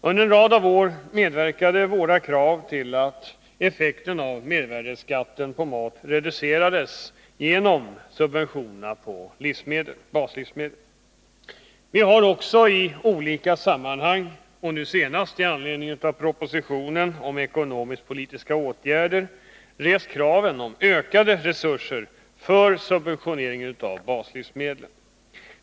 Under en rad av år medverkade våra krav till att effekten av mervärdeskatten på mat reducerades genom subventionerna på slivsmedel. Vi har också i olika sammanhang, nu senast med anledning av propositionen om ekonomisk-politiska åtgärder. rest kraven om ökade resurser för subventio nering av baslivsmedlen.